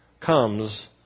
comes